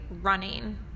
running